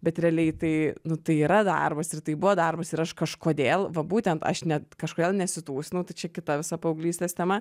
bet realiai tai nu tai yra darbas ir tai buvo darbas ir aš kažkodėl va būtent aš net kažkodėl nesitūsinu tai čia kita visa paauglystės tema